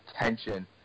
attention